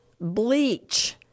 bleach